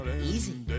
Easy